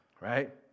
right